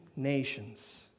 nations